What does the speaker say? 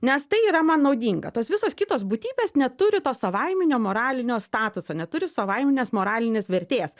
nes tai yra man naudinga tos visos kitos būtybės neturi to savaiminio moralinio statuso neturi savaiminės moralinės vertės